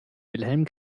wilhelm